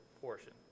portion